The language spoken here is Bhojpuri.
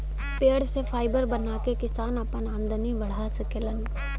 पेड़ से फाइबर बना के किसान आपन आमदनी बढ़ा सकेलन